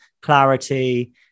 clarity